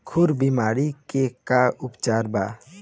खुर बीमारी के का उपचार बा?